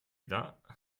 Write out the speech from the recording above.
that